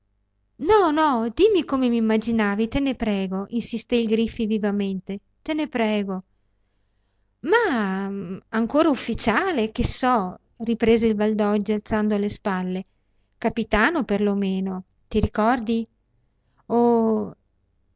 dimesso no dimmi come m'immaginavi te ne prego insisté il griffi vivamente te ne prego mah ancora ufficiale che so riprese il valdoggi alzando le spalle capitano per lo meno ti ricordi oh